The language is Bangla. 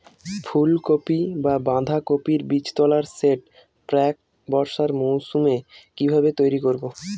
ফুলকপি বা বাঁধাকপির বীজতলার সেট প্রাক বর্ষার মৌসুমে কিভাবে তৈরি করব?